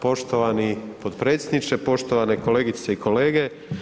Poštovani potpredsjedniče, poštovani kolegice i kolege.